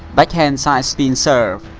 backhand sidespin serve